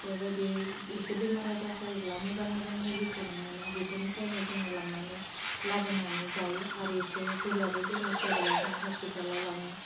बेबायदि एसे बेमार आजार जायोब्ला मोजां मोजां सुलिखोनो मोनो बेफोरनिफ्रायनो जोङो लांनानै लाबोनानै जायो आर एसे गोब्राबै बेमार जाबोला जों हस्पिटालाव लाङो